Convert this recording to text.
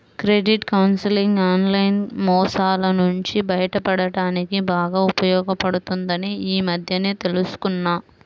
credit counselling online మోసాల నుంచి బయటపడడానికి బాగా ఉపయోగపడుతుందని ఈ మధ్యనే తెల్సుకున్నా